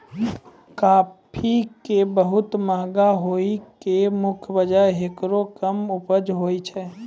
काफी के बहुत महंगा होय के मुख्य वजह हेकरो कम उपज होय छै